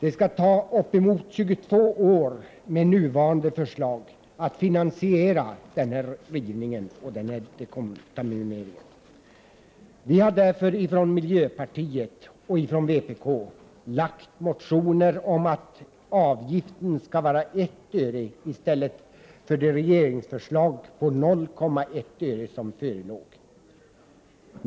Enligt det nuvarande förslaget skulle det ta uppemot 22 år att finansiera den här rivningen och dekontamineringen. Från vpk och miljöpartiet har det därför lagts fram motioner om att avgiften skall vara 1 öre, i stället för 0,1 öre som regeringen föreslår.